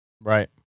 Right